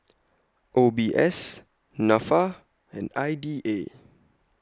O B S Nafa and I D A